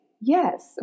yes